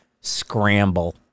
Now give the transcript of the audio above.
scramble